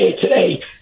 today